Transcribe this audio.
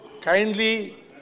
kindly